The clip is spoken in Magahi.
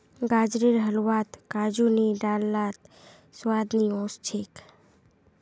गाजरेर हलवात काजू नी डाल लात स्वाद नइ ओस छेक